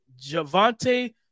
Javante